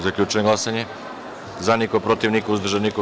Zaključujem glasanje: za – niko, protiv – niko, uzdržanih – nema.